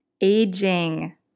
Aging